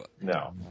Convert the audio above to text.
No